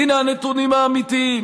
הינה הנתונים האמיתיים: